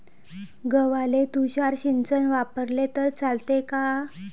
गव्हाले तुषार सिंचन वापरले तर चालते का?